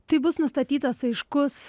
tai bus nustatytas aiškus